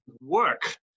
work